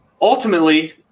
Ultimately